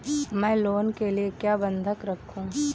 मैं लोन के लिए क्या बंधक रखूं?